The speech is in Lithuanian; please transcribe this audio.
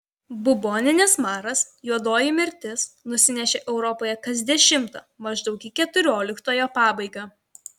buboninis maras juodoji mirtis nusinešė europoje kas dešimtą maždaug į keturioliktojo pabaigą